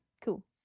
Cool